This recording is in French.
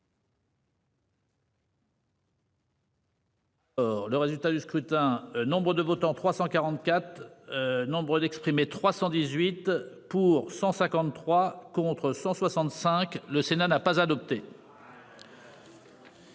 Le résultat du scrutin. Nombre de votants, 344. Nombre d'exprimer, 318 pour 153 contre 165, le Sénat n'a pas adopté.